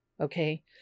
okay